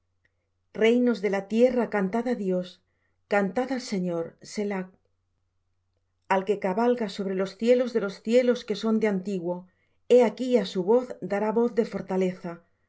reinos de la tierra cantad á dios cantad al señor selah al que cabalga sobre los cielos de los cielos que son de antiguo he aquí á su voz dará voz de fortaleza